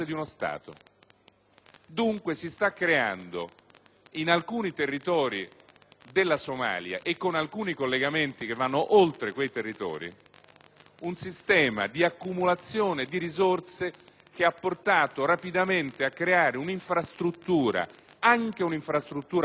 Stato. Si sta creando dunque, in alcuni territori della Somalia e con alcuni collegamenti che vanno oltre quei territori, un sistema di accumulazione di risorse che ha portato rapidamente a creare una infrastruttura, anche produttiva